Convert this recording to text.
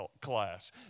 class